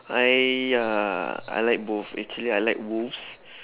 I uh I like both actually I like wolves